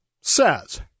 says